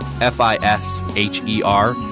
F-I-S-H-E-R